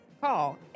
call